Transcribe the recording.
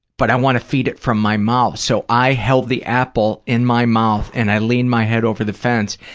but i want to feed it from my mouth. so, i held the apple in my mouth and i leaned my head over the fence,